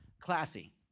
classy